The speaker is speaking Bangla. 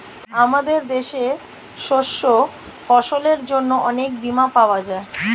আমাদের দেশে শস্য ফসলের জন্য অনেক বীমা পাওয়া যায়